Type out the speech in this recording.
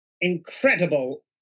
incredible